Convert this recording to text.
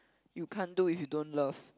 you can't do if you don't love